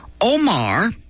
omar